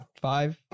Five